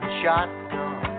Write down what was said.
shotgun